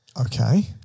Okay